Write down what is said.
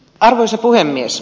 arvoisa puhemies